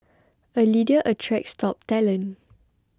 a leader attracts top talent